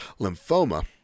lymphoma